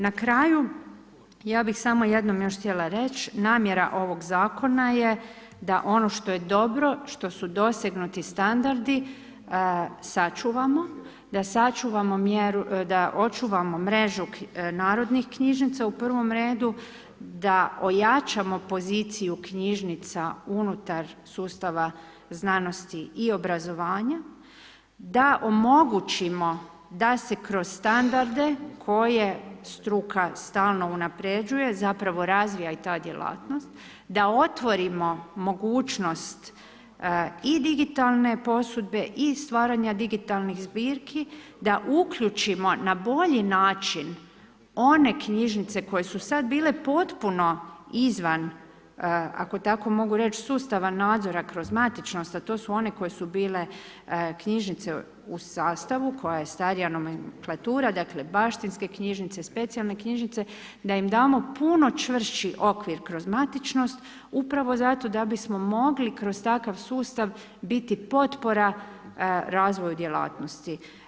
Na kraju ja bi samo jednom još htjela reć namjera ovog zakona je da ono što je dobro, što su dosegnuti standardi sačuvamo, (da sačuvamo mjeru), da očuvamo mrežu narodnih knjižnica u prvom redu, da ojačamo poziciju knjižnica unutar sustava Znanosti i obrazovanja, da omogućimo da se kroz standarde koje struka stalno unapređuje zapravo razvija i ta djelatnost, da otvorimo mogućnost i digitalne posudbe i stvaranja digitalnih zbirki, da uključimo na bolji način one knjižnice koje su sad bile potpuno izvan ako tako mogu reć sustava nadzora kroz matičnost, a to su one koje su bile knjižnice u sastavu koja je starija nomenklatura, dakle baštinike knjižnice, specijalne knjižnice, da im damo puno čvršći okvir kroz matičnost upravo zato da bismo mogli kroz takav sustav biti potpora razvoju djelatnosti.